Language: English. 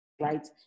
right